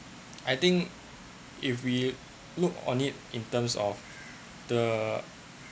I think if we look on it in terms of the